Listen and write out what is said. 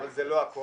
אבל זה לא הכול,